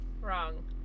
wrong